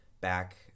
back